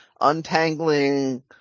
untangling